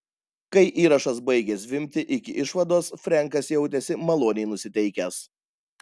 kai įrašas baigė zvimbti iki išvados frenkas jautėsi maloniai nusiteikęs